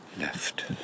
left